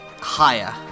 higher